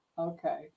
Okay